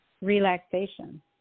relaxation